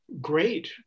great